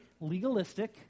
legalistic